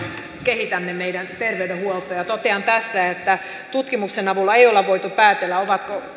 kehitämme meidän terveydenhuoltoa ja totean tässä että tutkimuksen avulla ei olla voitu päätellä ovatko